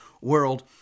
world